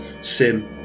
Sim